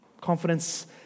Confidence